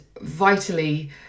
vitally